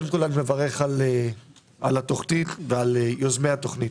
קודם כול אני מברך על התוכנית ומברך את יוזמי התוכנית.